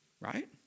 Right